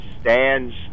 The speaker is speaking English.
stands